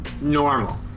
normal